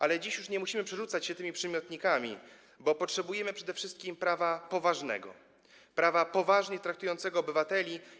Ale dziś już nie musimy przerzucać się tymi przymiotnikami, bo potrzebujemy przede wszystkim prawa poważnego, prawa poważnie traktującego obywateli.